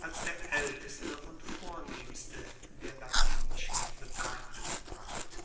als der aelteste und vornehmste der latinischen betrachtet ward